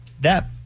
That-